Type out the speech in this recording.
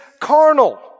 carnal